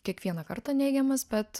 kiekvieną kartą neigiamas bet